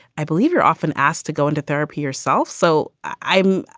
i believe you're often asked to go into therapy yourself. so i.